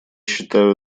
считаю